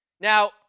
Now